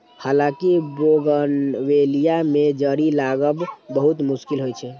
हालांकि बोगनवेलिया मे जड़ि लागब बहुत मुश्किल होइ छै